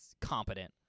competent